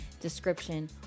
description